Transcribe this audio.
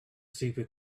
super